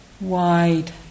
wide